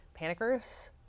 panickers